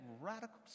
radical